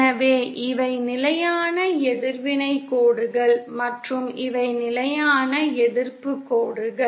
எனவே இவை நிலையான எதிர்வினைக் கோடுகள் மற்றும் இவை நிலையான எதிர்ப்புக் கோடுகள்